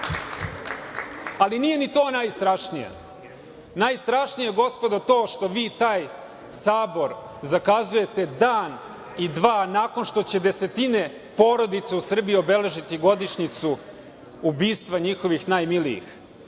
ni to najstrašnije, najstrašnije je, gospodo, to što vi taj sabor zakazujete dan i dva nakon što će desetine porodica u Srbiji obeležiti godišnjicu ubistva njihovih najmilijih,